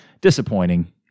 Disappointing